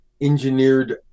engineered